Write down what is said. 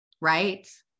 Right